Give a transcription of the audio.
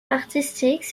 artistique